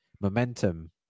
momentum